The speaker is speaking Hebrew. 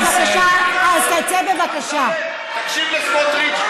אמסלם, תקשיב לסמוטריץ.